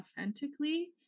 authentically